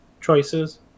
choices